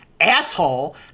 asshole